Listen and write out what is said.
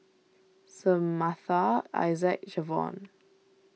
Samatha Isaac Jevon